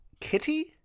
kitty